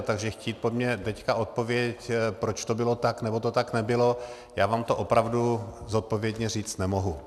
Takže chtít po mně teď odpověď, proč to bylo tak, nebo to tak nebylo, já vám to opravdu zodpovědně říct nemohu.